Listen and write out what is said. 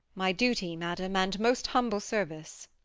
my duty, madam, and most humble service.